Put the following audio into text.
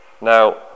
Now